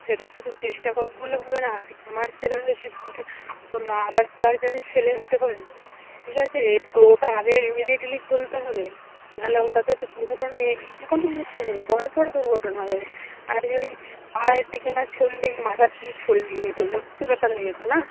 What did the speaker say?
সেটা তো শুধু চেষ্টা করব বললে হবে না আজ আমার ছেলের হয়েছে কালকে অন্য আদার্স গার্জেনের ছেলের হতে পারে ঠিক আছে তো ওটা আগে ইমিডিয়েটলি খুলতে হবে নাহলে ওটাতে তো দুর্ঘটনা যে কোনো মুহূর্তে হবে বড়ো সড়ো দুর্ঘটনা হয়ে যাবে আর যদি পায়ের দিকে না ছল্লি মাথার দিকে ছল্লি হত ব্যাপার হতো না